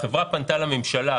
החברה פנתה לממשלה,